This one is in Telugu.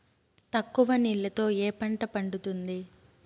తక్కువ నీళ్లతో ఏ పంట పండుతుంది?